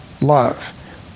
love